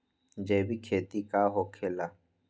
जैविक खेती का होखे ला?